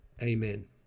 Amen